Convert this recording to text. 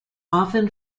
often